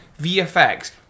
VFX